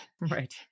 right